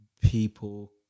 people